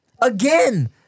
again